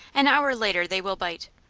an hour later they will bite.